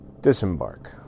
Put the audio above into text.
Disembark